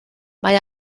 mae